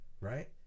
right